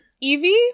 Evie